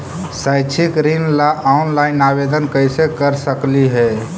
शैक्षिक ऋण ला ऑनलाइन आवेदन कैसे कर सकली हे?